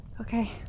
Okay